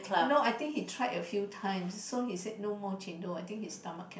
no I think he tried a few times so he said no more chendol I think his stomach cannot